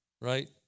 right